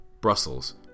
Brussels